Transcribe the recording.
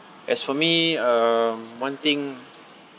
as for me um one thing